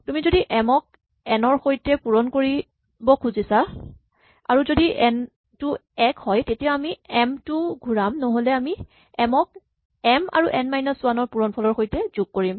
তুমি যদি এম ক এন ৰ সৈতে পূৰণ কৰিব খুজিছা আৰু যদি এন টো এক হয় তেতিয়া আমি এম টো ঘূৰাম নহ'লে আমি এম ক এম আৰু এন মাইনাচ ৱান ৰ পূৰণ ফলৰ সৈতে যোগ কৰিম